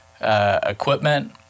equipment